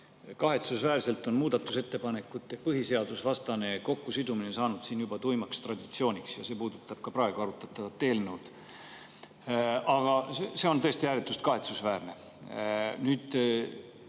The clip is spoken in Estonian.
Kahetsusväärselt on muudatusettepanekute põhiseadusvastane kokkusidumine saanud siin juba tuimaks traditsiooniks ja see puudutab ka praegu arutatavat eelnõu. See on tõesti ääretult kahetsusväärne. Nüüd,